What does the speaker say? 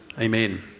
Amen